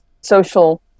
social